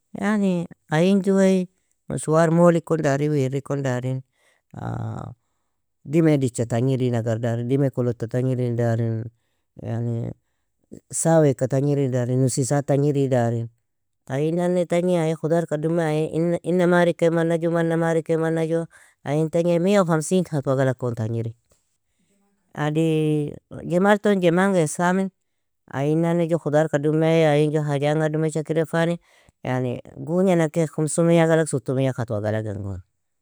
Yani ayin juei, mushwar moli kon dari wirri kon darin, dime dicha tagnirin agar darin, dime kulotta tagnirin darin, yani saweaka tagniri darin, nusisa tagniri darin, ayin nani tagnie ayin khudarka dume, ayin inna inna marikag man ju, manna marikag manna ju, ayin tagnie مية وخمسين خطوة galakon tagniri, adi jimalton jimange samin, ayin nani ju khudarka dume, ayin ju haja anga dumecha kirifani, yani gugna nakaig خمسمية galag ستمية خطوة galagangon.